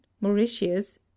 mauritius